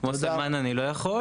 כמו סלמאן אני לא יכול,